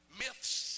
myths